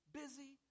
busy